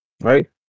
Right